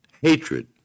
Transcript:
hatred